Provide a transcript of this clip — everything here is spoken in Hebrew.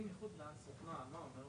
כמו שהיושב אמר,